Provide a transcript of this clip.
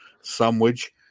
sandwich